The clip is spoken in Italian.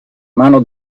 mano